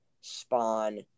spawn